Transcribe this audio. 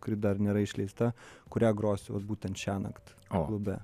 kuri dar nėra išleista kurią grosiu vat būtent šiąnakt klube